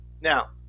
Now